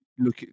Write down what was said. Look